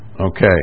Okay